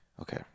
Okay